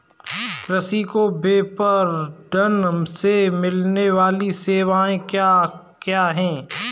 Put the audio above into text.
कृषि को विपणन से मिलने वाली सेवाएँ क्या क्या है